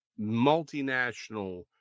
multinational